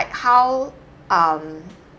like how um